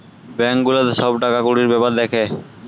bank গুলাতে সব টাকা কুড়ির বেপার দ্যাখে